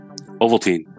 Ovaltine